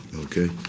okay